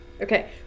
Okay